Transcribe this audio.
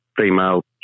female